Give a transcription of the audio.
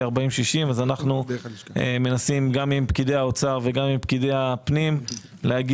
40-60 אז אנו מנסים גם עם פקידי האוצר וגם עם פקידי הפנים להגיע